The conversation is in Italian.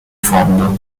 fondo